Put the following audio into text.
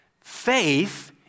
Faith